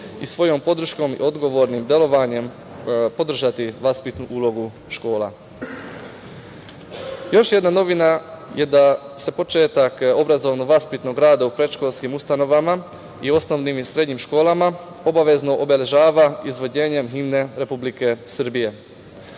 i svojom podrškom i odgovornim delovanjem podržati vaspitnu ulogu škola. Još jedna novina je da se početak obrazovno-vaspitnog rada u predškolskim ustanovama i osnovnim i srednjim školama obavezno obeležava izvođenjem himne Republike Srbije.